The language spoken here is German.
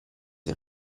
der